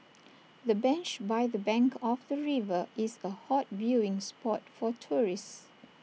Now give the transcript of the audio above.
the bench by the bank of the river is A hot viewing spot for tourists